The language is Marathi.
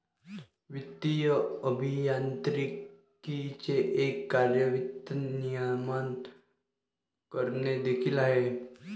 वित्तीय अभियांत्रिकीचे एक कार्य वित्त नियमन करणे देखील आहे